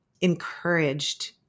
encouraged